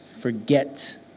forget